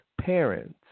parents